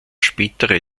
spätere